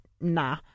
nah